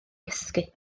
gysgu